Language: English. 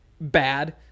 bad